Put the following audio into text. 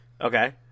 Okay